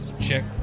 check